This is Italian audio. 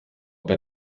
per